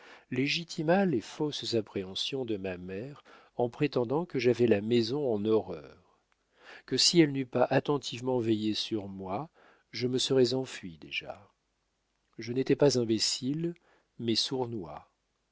légitima les fausses appréhensions de ma mère en prétendant que j'avais la maison en horreur que si elle n'eût pas attentivement veillé sur moi je me serais enfui déjà je n'étais pas imbécile mais sournois